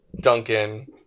Duncan